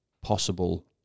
possible